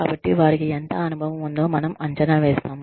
కాబట్టి వారికి ఎంత అనుభవం ఉందో మనము అంచనా వేస్తాము